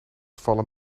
vallen